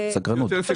זה יותר אפקטיבי.